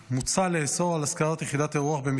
מוצע לאסור השכרת יחידת אירוח במתחם